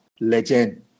legend